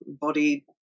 body